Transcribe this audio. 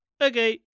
okay